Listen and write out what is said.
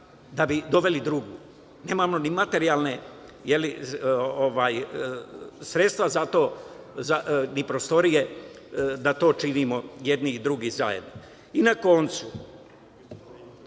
da bi doveli drugu. Nemamo ni materijalna sredstva, ni prostorije, da to činimo jedni i drugi zajedno. Na koncu,